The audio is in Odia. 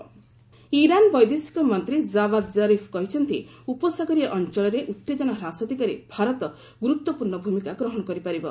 ଇରାନ୍ ଏଫ୍ଏମ୍ ଇରାନ୍ ବୈଦେଶିକ ମନ୍ତ୍ରୀ ଜାବାଦ୍ ଜରିଫ୍ କହିଛନ୍ତି ଉପସାଗରୀୟ ଅଞ୍ଚଳରେ ଉତ୍ତେଜନା ହ୍ରାସ ଦିଗରେ ଭାରତ ଗୁରୁତ୍ୱପୂର୍ଣ୍ଣ ଭୂମିକା ଗ୍ରହଣ କରିପାରିବ